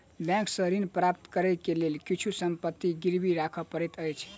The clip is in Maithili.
बैंक सॅ ऋण प्राप्त करै के लेल किछु संपत्ति गिरवी राख पड़ैत अछि